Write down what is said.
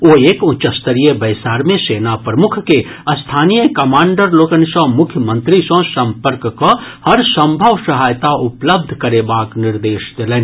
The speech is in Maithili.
ओ एक उच्चस्तरीय बैसार मे सेना प्रमुख के स्थानीय कमांडर लोकनि सँ मुख्यमंत्री सँ सम्पर्क कऽ हर सम्भव सहायता उपलब्ध करेबाक निर्देश देलनि